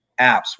apps